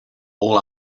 all